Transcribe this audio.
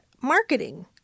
marketing